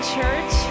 Church